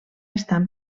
estan